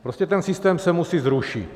Prostě ten systém se musí zrušit.